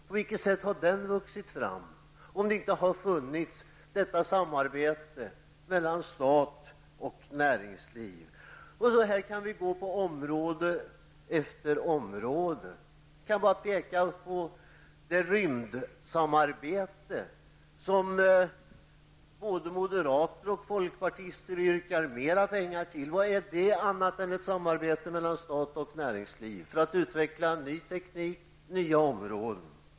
På vilket sätt hade den vuxit fram om inte detta samarbete hade funnits mellan stat och näringsliv? Så här kan vi gå fram på område efter område. Jag kan bara peka på det rymdsamarbete som både moderater och folkpartister yrkar mer pengar till. Vad är det annat än ett samarbete mellan stat och näringsliv för att utveckla ny teknik och nya områden?